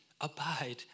abide